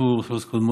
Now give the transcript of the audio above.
נוספו לוב,